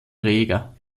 reger